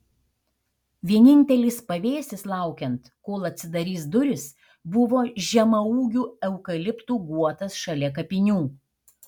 vienintelis pavėsis laukiant kol atsidarys durys buvo žemaūgių eukaliptų guotas šalia kapinių